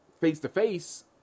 face-to-face